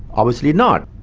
obviously not.